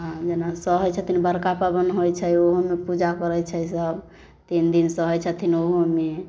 आ जेना सहै छथिन बड़का पाबनि होइ छै ओहोमे पूजा करै छै सब तीन दिन सहै छथिन ओहोमे